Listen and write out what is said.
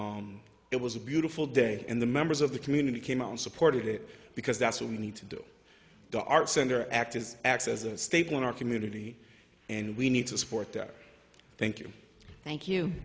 it was a beautiful day in the members of the community came out and supported it because that's what we need to do the arts center act is acts as a staple in our community and we need to support that thank you thank you